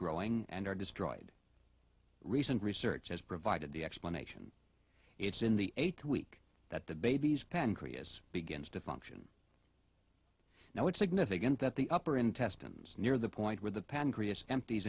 growing and are destroyed recent research has provided the explanation it's in the eighth week that the baby's pancreas begins to function now it's significant that the upper intestines near the point where the pancreas empties